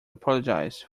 apologize